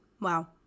Wow